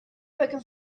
working